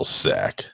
sack